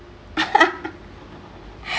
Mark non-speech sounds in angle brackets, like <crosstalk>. <laughs>